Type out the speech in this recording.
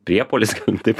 priepuolis taip